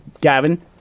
Gavin